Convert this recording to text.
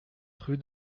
rue